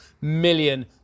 million